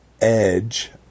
Edge